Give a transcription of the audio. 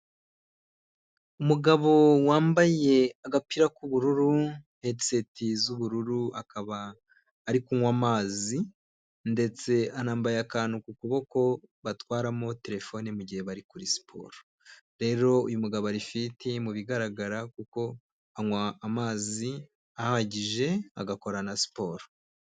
Umugabo wambaye agapira k'ubururu hediseti z'ubururu akaba ari kunywa amazi ndetse anambaye akantu ku kuboko batwaramo terefone mugihe bari kuri siporo. Rero uyu mugabo ari fiti mu bigaragara kuko anywa amazi ahagije agakora na siporo.